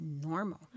normal